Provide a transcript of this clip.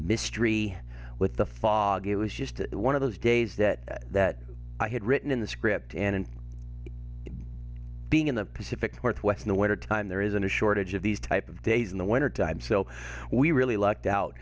mystery with the fog it was just one of those days that that i had written in the script and being in the pacific northwest the weather time there isn't a shortage of these type of days in the wintertime so we really lucked out